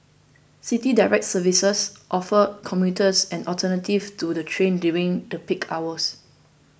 City Direct services offer commuters an alternative to the train during the peak hours